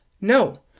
No